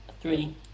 Three